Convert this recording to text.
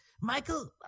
Michael